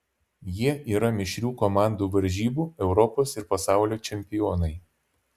jie yra mišrių komandų varžybų europos ir pasaulio čempionai